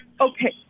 Okay